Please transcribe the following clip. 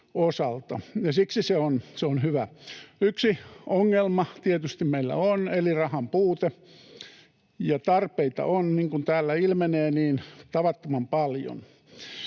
siksi se on hyvä. Yksi ongelma tietysti meillä on, eli rahan puute, ja tarpeita on, niin kuin täällä ilmenee, tavattoman paljon.